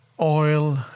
oil